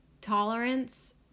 tolerance